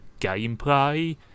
gameplay